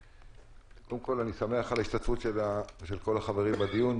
קודם כול אני שמח על ההשתתפות של כל החברים בדיון,